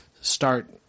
start